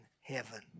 heaven